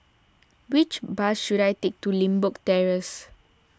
which bus should I take to Limbok Terrace